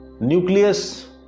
Nucleus